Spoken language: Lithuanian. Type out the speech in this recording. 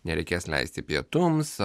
nereikės leisti pietums